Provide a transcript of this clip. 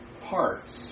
parts